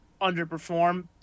underperform